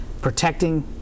protecting